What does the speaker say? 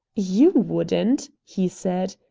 you wouldn't! he said.